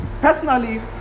personally